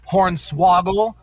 Hornswoggle